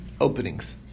openings